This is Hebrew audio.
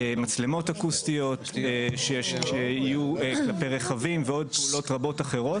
מצלמות אקוסטיות שיהיו כלפי רכבים ועוד דברים רבים אחרים.